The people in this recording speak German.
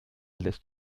lässt